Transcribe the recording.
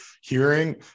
hearing